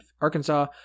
Arkansas